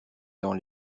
dans